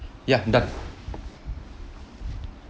ya done